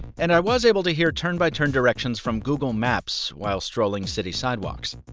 and i was able to hear turn-by-turn directions from google maps, while strolling city sidewalks.